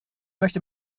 möchte